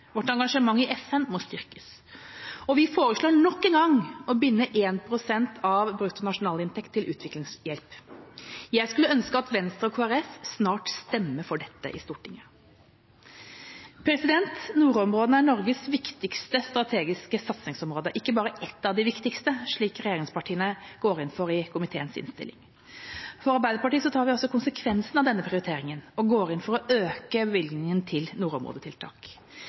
Vårt engasjement i FN må styrkes. Vi foreslår nok en gang å binde 1 pst. av bruttonasjonalinntekt til utviklingshjelp. Jeg skulle ønske at Venstre og Kristelig Folkeparti snart stemmer for dette i Stortinget. Nordområdene er Norges viktigste strategiske satsingsområde, ikke bare et av de viktigste, slik som regjeringspartiene går inn for i komiteens innstilling. Arbeiderpartiet tar også konsekvensene av denne prioriteringen og går inn for å øke bevilgningen til nordområdetiltak.